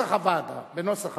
בנוסח הוועדה.